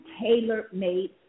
tailor-made